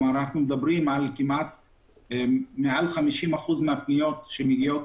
אנחנו מדברים על מעל 50% מהפניות שמגיעות